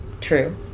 True